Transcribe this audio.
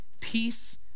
peace